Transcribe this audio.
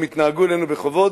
הם יתנהגו אלינו בכבוד